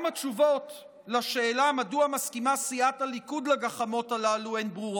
גם התשובות על השאלה מדוע מסכימה סיעת הליכוד לגחמות הללו הן ברורות: